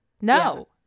no